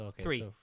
Three